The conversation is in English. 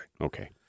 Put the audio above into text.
Okay